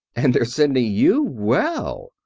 and they're sending you! well!